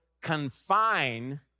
confine